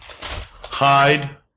hide